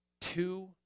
two